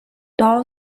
dull